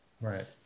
right